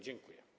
Dziękuję.